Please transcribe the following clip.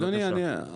אז אדוני, אני.